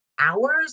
Hours